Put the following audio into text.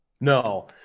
No